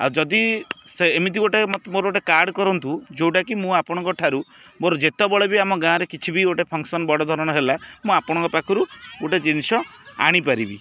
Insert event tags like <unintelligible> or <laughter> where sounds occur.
ଆଉ ଯଦି ସେ ଏମିତି ଗୋଟେ <unintelligible> ମୋର ଗୋଟେ କାର୍ଡ଼ କରନ୍ତୁ ଯେଉଁଟାକି ମୁଁ ଆପଣଙ୍କ ଠାରୁ ମୋର ଯେତେବେଳେ ବି ଆମ ଗାଁରେ କିଛି ବି ଗୋଟେ ଫଙ୍କସନ୍ ବଡ଼ ଧରଣ ହେଲା ମୁଁ ଆପଣଙ୍କ ପାଖରୁ ଗୋଟେ ଜିନିଷ ଆଣିପାରିବି